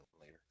later